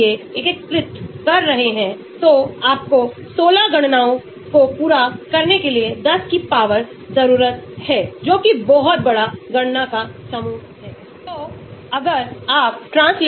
मैं एक कम एक उच्च एक निम्न एक उच्च चुन सकता हूं तो मैं उस श्रेणी को उन मानों की चित्र श्रेणी में भी प्राप्त कर सकता हूं जो उस विशेष आकृति का लाभ है